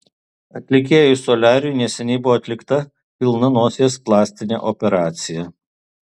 atlikėjui soliariui neseniai buvo atlikta pilna nosies plastinė operacija